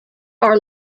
are